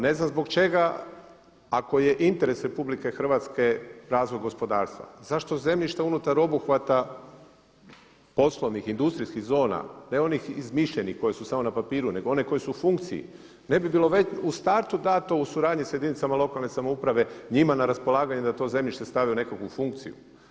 Ne znam zbog čega ako je interes RH razvoj gospodarstva zašto zemljišta unutar obuhvata, poslovnih, industrijskih zona, ne onih izmišljenih koje su samo na papiru nego one koje su u funkciji ne bi bilo već u startu dano u suradnji sa jedinicama lokalne samouprave, njima na raspolaganje da to zemljište stave u nekakvu funkciju.